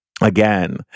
Again